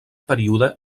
període